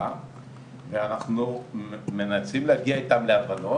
ואנחנו מנסים להגיע איתם להבנות,